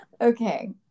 Okay